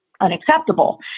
unacceptable